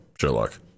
Sherlock